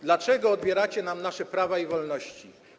Dlaczego odbieracie nam nasze prawa i wolności?